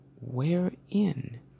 wherein